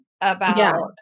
about-